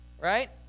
right